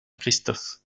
christophe